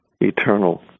eternal